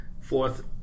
fourth